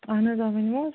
اہن حظ آ ؤنِو حظ